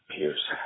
Pierce